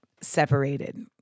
separated